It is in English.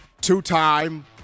two-time